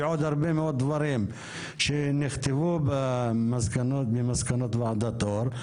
ועוד הרבה מאוד דברים שנכתבו במסקנות ועדת אור.